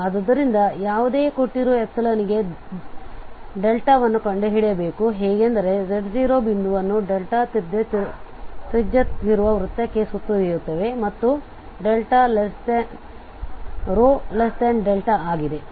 ಆದುದರಿಂದ ಯಾವುದೇ ಕೊಟ್ಟಿರುವ ಗೆ ವನ್ನು ಕಂಡುಹಿಡಿಯಬೇಕು ಹೇಗೆಂದರೆ z0 ಬಿಂದುವನ್ನು ತ್ರಿಜ್ಯ ವಿರುವ ವೃತ್ತಕ್ಕೆ ಸುತ್ತುವರಿಯುತ್ತವೆ ಮತ್ತು ρ δ ಆಗಿದೆ